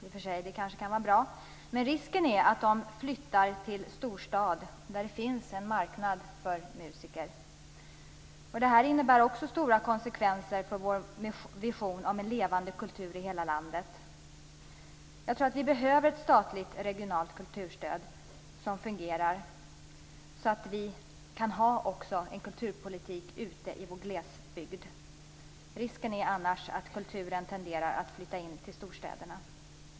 Det kanske i och för sig kan vara bra, men risken är att de flyttar till någon storstad, där det finns en marknad för musiker. Det får också stora konsekvenser för vår vision om en levande kultur i hela landet. Vi behöver ett statligt regionalt kulturstöd som fungerar, så att vi kan ha kulturpolitiska satsningar även ute i vår glesbygd. Risken är annars att kulturen tenderar att flytta in till storstäderna.